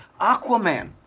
Aquaman